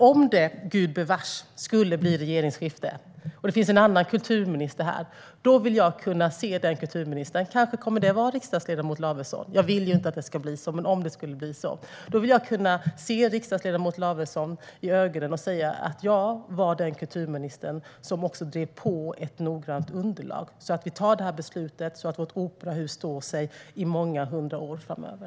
Om det - Gud bevare oss - skulle bli regeringsskifte och någon annan blir kulturminister, vilket jag inte önskar, vill jag kunna se den kulturministern i ögonen - kanske kommer det att vara riksdagsledamot Lavesson - och säga att jag var den kulturminister som drev på för att vi skulle få ett noggrant underlag för beslutet, så att vårt operahus kan stå sig i många hundra år framöver.